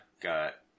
got